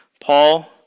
Paul